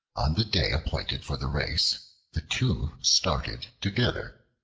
on the day appointed for the race the two started together.